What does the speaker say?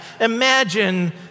Imagine